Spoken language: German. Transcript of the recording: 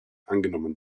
angenommen